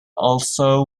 also